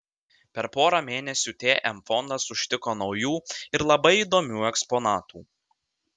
per porą mėnesių tm fondas užtiko naujų ir labai įdomių eksponatų